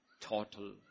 total